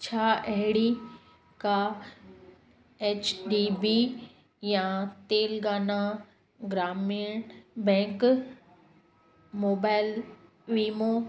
छा अहिड़ी का एच डी बी या तेलगाना ग्रामीण बैंक मोबाइल वीमो